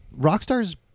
Rockstar's